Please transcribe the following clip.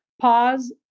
pause